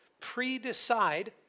pre-decide